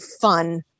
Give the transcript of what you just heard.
fun